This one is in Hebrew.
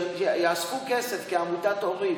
שיאספו כסף כעמותת הורים.